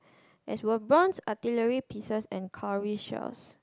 as were bronze artillery pieces and curry shelves